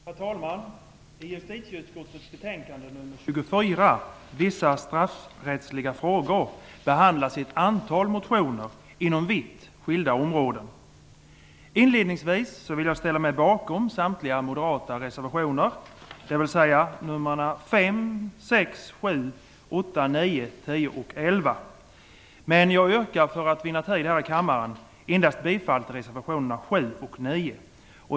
Herr talman! I justitieutskottets betänkande nr 24 om vissa straffrättsliga frågor behandlas ett antal olika motioner inom vitt skilda områden. Inledningsvis vill jag ställa mig bakom samtliga moderata reservationer, dvs. 5, 6, 7, 8, 9, 10 och 11, men jag yrkar för att vinna tid här i kammaren bifall endast till reservationerna 7 och 9.